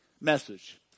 message